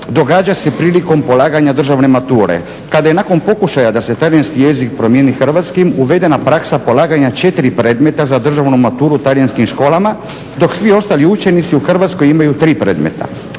događa se prilikom polaganja državne mature kada je nakon pokušaja da se talijanski jezik promijeni hrvatskim uvedena praksa polaganja 4 predmeta za državnu maturu talijanskim školama dok svi ostali učenici u Hrvatskoj imaju 3 predmeta.